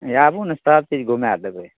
आबु ने सबचीज घुमाए देबै